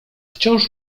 wciąż